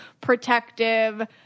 protective